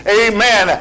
amen